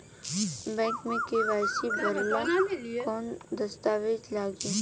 Bank मे KYC भरेला कवन दस्ता वेज लागी?